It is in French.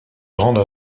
grande